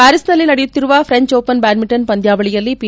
ಪ್ಯಾರಿಸ್ನಲ್ಲಿ ನಡೆಯುತ್ತಿರುವ French open badminton ಪಂದ್ಯಾವಳಿಯಲ್ಲಿ P